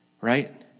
right